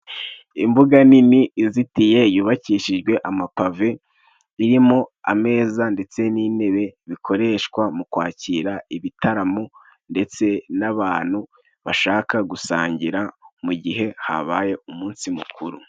Imbuga nini izitiye, yubakishijwe amapave, irimo ameza ndetse n'intebe bikoreshwa mu kwakira ibitaramo, ndetse n'abantu bashaka gusangira mu gihe habaye umunsi mukuru.